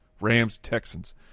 Rams-Texans